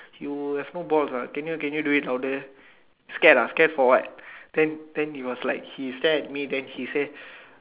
you have no balls ah can you can you do it louder scared ah scared for what then then he was like he stare at me then he say